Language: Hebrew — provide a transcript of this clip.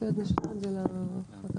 אני למשל כן הייתי רוצה לראות יותר פירוט,